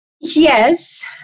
Yes